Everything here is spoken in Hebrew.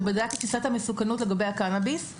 שבדק את תפיסת המסוכנות לגבי הקנביס,